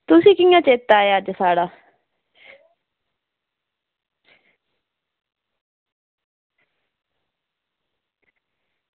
तुसें ई कियां चेता आया अज्ज साढ़ा